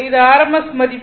இது rms மதிப்பு